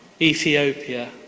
Ethiopia